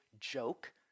joke